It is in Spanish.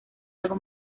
algo